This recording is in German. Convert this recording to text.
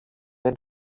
den